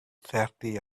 thirty